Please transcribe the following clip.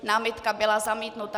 Námitka byla zamítnuta.